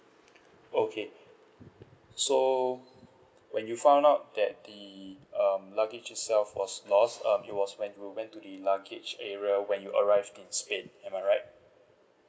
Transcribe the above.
okay so when you found out that the um luggage itself was lost um it was when you went to the luggage area when you arrived to spain am I right